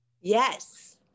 yes